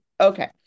Okay